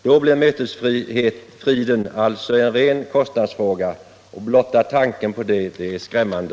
Då blir mötesfriden alltså en ren kostnadsfråga, och blotta tanken på det är skrämmande.